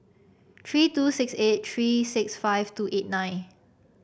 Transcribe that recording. three two six eight three six five two eight nine